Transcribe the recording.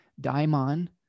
daimon